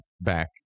back